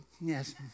Yes